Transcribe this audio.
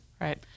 Right